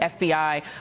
FBI